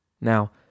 Now